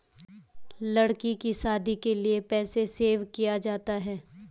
लड़की की शादी के लिए पैसे सेव किया जाता है